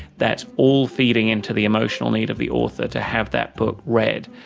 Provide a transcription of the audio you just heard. that's all feeding in to the emotional need of the author to have that book read.